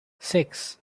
six